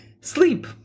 sleep